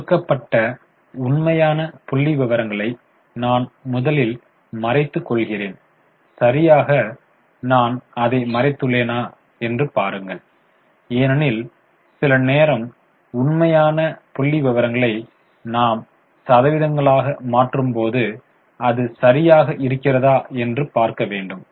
கொடுக்கப்பட்ட உண்மையான புள்ளிவிவரங்களை நான் முதலில் மறைத்துக் கொள்கிறேன் சரியாக நான் அதை மறைத்துள்ளேனா என்று பாருங்கள் ஏனெனில் சில நேரம் உண்மையான புள்ளிவிவரங்களை நாம் சதவீதங்களாக மாற்றும் போது அது சரியாக இருக்கிறதா என்று பார்க்க வேண்டும்